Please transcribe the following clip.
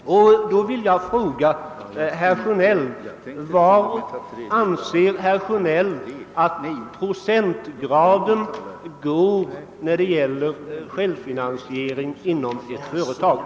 Då vill jag fråga herr Sjönell om var han anser att procentgraden ligger när det gäller självfinansiering inom företagen.